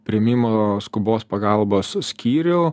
priėmimo skubos pagalbos skyrių